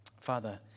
Father